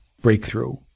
breakthrough